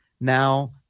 Now